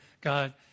God